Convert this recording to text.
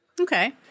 Okay